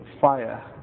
fire